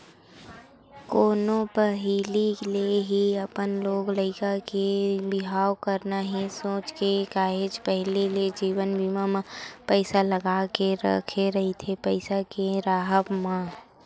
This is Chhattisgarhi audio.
कोनो पहिली ले ही अपन लोग लइका के बिहाव करना हे सोच के काहेच पहिली ले जीवन बीमा म पइसा लगा के रखे रहिथे पइसा के राहब म